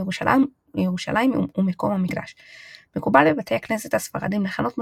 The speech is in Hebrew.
היגע תלמודו בבית הכנסת לא במהרה הוא משכח".